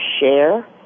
share